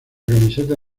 camiseta